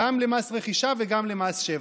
גם למס רכישה וגם למס שבח.